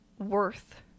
worth